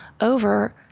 over